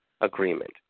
agreement